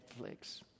Netflix